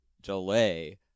delay